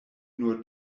nur